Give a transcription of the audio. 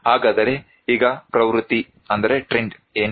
ಹಾಗಾದರೆ ಈಗ ಪ್ರವೃತ್ತಿ ಏನು